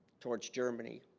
towards germany